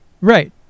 Right